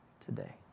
today